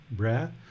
breath